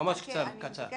ממש בקצרה.